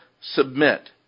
submit